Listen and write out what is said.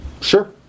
Sure